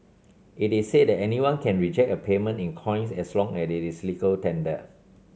it is said that anyone can reject a payment in coins as long as it is legal tender